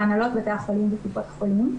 להנהלות בתי החולים וקופות חולים,